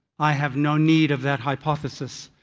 i have no need of that hypothesis.